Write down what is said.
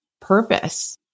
purpose